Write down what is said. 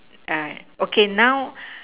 alright okay now